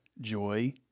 joy